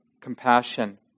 compassion